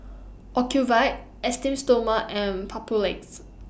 Ocuvite Esteem Stoma and Papulex